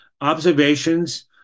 Observations